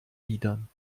liedern